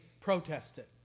protested